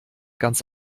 ganz